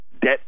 debt